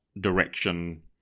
direction